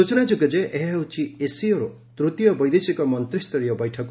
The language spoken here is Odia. ସୂଚନାଯୋଗ୍ୟ ଏହା ହେଉଛି ଏସ୍ସିଓର ତୂତୀୟ ବୈଦେଶିକ ମନ୍ତ୍ରୀସ୍ତରୀୟ ବୈଠକ